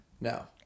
No